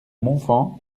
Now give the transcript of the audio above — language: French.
montfand